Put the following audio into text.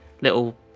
little